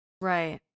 Right